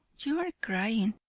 you are crying.